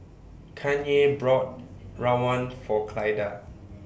Kanye brought Rawon For Clyda